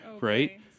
right